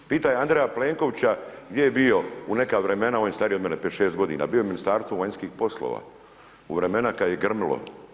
Pitajte Andreja Plenkovića, gdje je bio u neka vremena, on je stariji od mene 5,6 g. bio je u Ministarstvu vanjskih poslova, u vremena kada je grmilo.